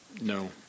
no